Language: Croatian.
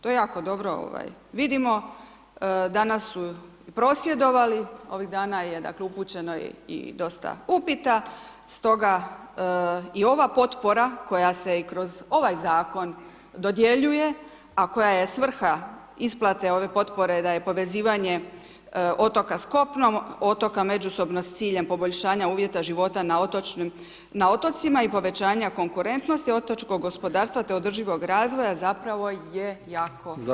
To jako dobro vidimo, danas su prosvjedovali, ovih dana je upućeno i dosta upita, stoga i ova potpora, koja se kroz ovaj zakon dodjeljuje, a koja je svrha isplate ove potpore, da je povezivanje otoka s kopnom, otoka međusobno s ciljem poboljšanja uvjeta života na otočnim, na otocima i povećanje konkurentnosti otočnog gospodarstva te održivog razvoja, zapravo je jako upitna.